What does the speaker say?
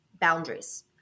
boundaries